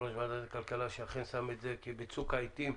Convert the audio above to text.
ועדת הכלכלה שאכן שם את זה כי בצוק העתים,